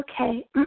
Okay